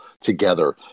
together